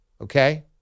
Okay